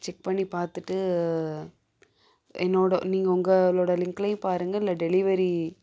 check பண்ணி பார்த்துட்டு என்னோடய நீங்கள் உங்களோட லிங்க்லேயும் பாருங்க இல்லை டெலிவரி